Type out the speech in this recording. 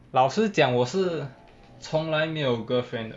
老实讲我是从来没有 girlfriend 的